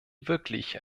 wirklich